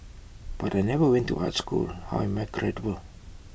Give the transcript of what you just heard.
but I never went to art school how am I credible